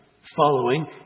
following